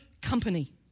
company